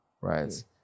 right